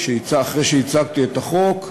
אחרי שהצגתי את החוק,